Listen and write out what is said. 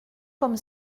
comme